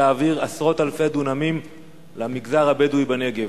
להעביר עשרות אלפי דונמים למגזר הבדואי בנגב,